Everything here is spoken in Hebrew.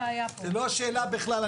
זו לא השאלה בכלל.